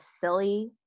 silly